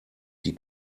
die